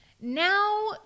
now